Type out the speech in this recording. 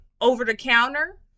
over-the-counter